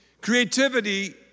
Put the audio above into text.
Creativity